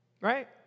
right